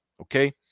Okay